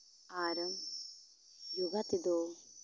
ᱟᱨ ᱡᱳᱜᱟ ᱛᱮᱫᱚ